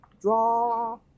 draw